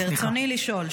סליחה.